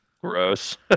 Gross